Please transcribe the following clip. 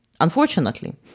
unfortunately